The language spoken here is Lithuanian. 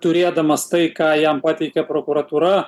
turėdamas tai ką jam pateikė prokuratūra